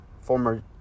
former